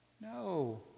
no